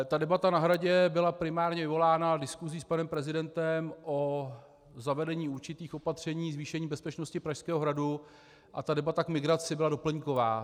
Ta debata na Hradě byla primárně vyvolána diskusí s panem prezidentem o zavedení určitých opatření ke zvýšení bezpečnosti Pražského hradu a debata k migraci byla doplňková.